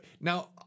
Now